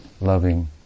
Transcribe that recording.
loving